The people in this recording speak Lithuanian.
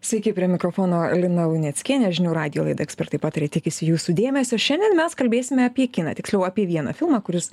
sveiki prie mikrofono lina luneckienė žinių radijo laida ekspertai pataria tikisi jūsų dėmesio šiandien mes kalbėsime apie kiną tiksliau apie vieną filmą kuris